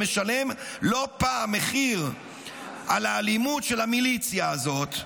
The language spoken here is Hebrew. שמשלם לא פעם מחיר על האלימות של המיליציה הזאת,